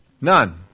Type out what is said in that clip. None